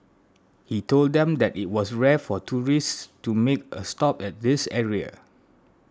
he told them that it was rare for tourists to make a stop at this area